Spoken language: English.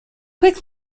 quick